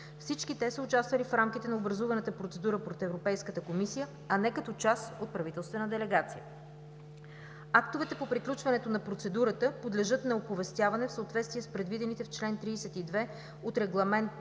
Всички те са участвали в рамките на образуваната процедура пред Европейската комисия, а не като част от правителствена делегация. Актовете по приключването на процедурата подлежат на оповестяване в съответствие с предвидените в чл. 32 от Регламент